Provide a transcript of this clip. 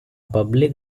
public